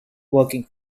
working